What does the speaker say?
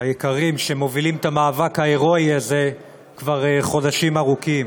היקרים שמובילים את המאבק ההרואי הזה כבר חודשים ארוכים,